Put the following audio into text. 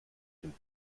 dem